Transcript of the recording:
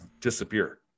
disappear